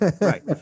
right